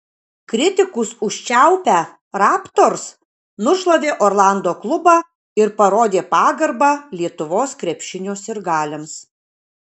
kritikus užčiaupę raptors nušlavė orlando klubą ir parodė pagarbą lietuvos krepšinio sirgaliams